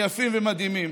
יפים ומדהימים.